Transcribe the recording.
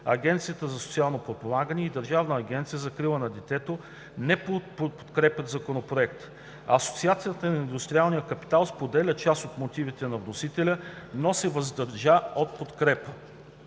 Агенцията за социално подпомагане и Държавната агенция за закрила на детето не подкрепят Законопроекта. - Асоциацията на индустриалния капитал споделя част от мотивите на вносителя, но се въздържа от подкрепа.